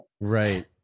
Right